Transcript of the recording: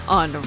on